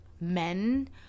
men